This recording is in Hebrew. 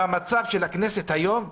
במצב של הכנסת היום,